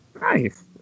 Nice